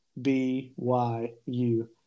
BYU